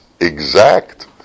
exact